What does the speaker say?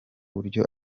buryo